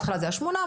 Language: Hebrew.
בהתחלה זה היה 800,